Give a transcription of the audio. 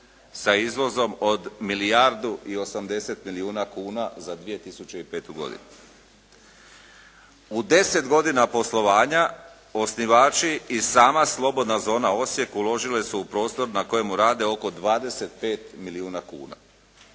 sa izvozom od milijardu i 80 milijuna kuna za 2005. godinu. U 10 godina poslovanja osnivači i sama slobodna zona Osijek uložile su u prostor na kojemu rade oko 25 milijuna kuna.